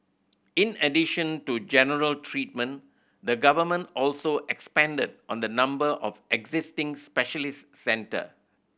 in addition to general treatment the Government also expanded on the number of existing specialist centre